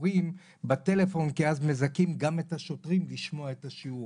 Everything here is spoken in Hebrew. השיעורים בטלפון כי אז מזכים גם את השוטרים לשמוע את השיעור,